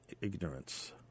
ignorance